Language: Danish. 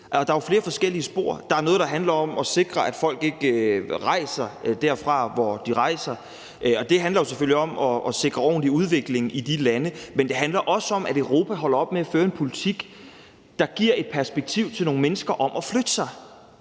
Der er flere forskellige spor. Der er noget, der handler om at sikre, at folk ikke rejser derfra, hvor de rejser fra, og det handler jo selvfølgelig om at sikre en ordentlig udvikling i de lande. Men det handler også om, at Europa holder op med at føre en politik, der giver et perspektiv til nogle mennesker i forhold til at flytte sig.